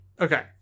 Okay